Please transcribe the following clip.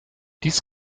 dies